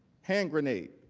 hand grenade.